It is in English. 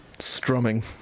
Strumming